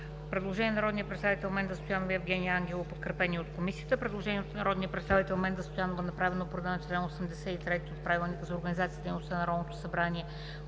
Предложение от народните представители Менда Стоянова и Евгения Ангелова, подкрепено от Комисията. Предложение на народния представител Менда Стоянова, направено по реда на чл. 83, ал 5, т. 2 от Правилника за организацията и дейността на Народното събрание.